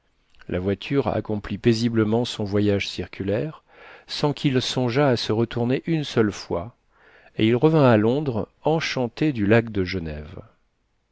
la voiture accomplit paisiblement son voyage circulaire sans qu'il songeât à se retourner une seule fois et il revint à londres enchanté du lac de genève